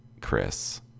Chris